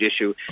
issue